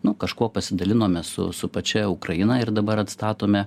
nu kažkuo pasidalinome su su pačia ukraina ir dabar atstatome